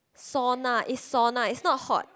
sauna is sauna is not hot